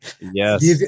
yes